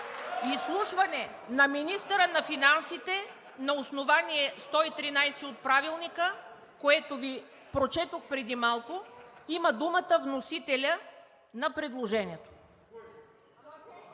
изслушване на министъра на финансите на основание чл. 113 от Правилника, което Ви прочетох преди малко, има думата вносителят на предложението.